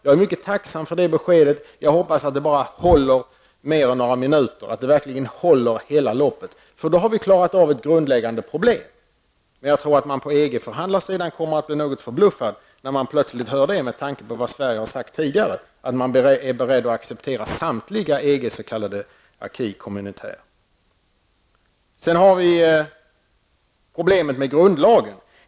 Jag är mycket tacksam för det beskedet, och jag hoppas att det håller mer än några minuter, att det verkligen håller hela loppet. Då har vi nämligen klarat av ett grundläggande problem. Men jag tror att man på EG förhandlarsidan kommer att bli något förbluffad när man plötsligt hör det, med tanke på vad Sverige har sagt tidigare -- att man är beredd att acceptera samtliga EGs s.k. acquits communautaires. Sedan har vi problemet med grundlagen.